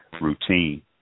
routine